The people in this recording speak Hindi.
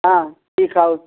हाँ ठीक है और